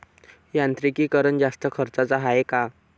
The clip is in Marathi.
यांत्रिकीकरण जास्त खर्चाचं हाये का?